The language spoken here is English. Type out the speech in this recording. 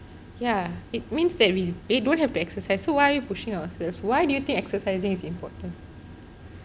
wait means that we we dont have to exercise so why are we pushing ourselves why do you think exercising is important